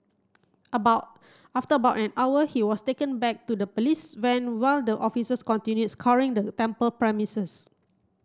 about after about an hour he was taken back to the police van while the officers continued scouring the temple premises